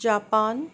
Japan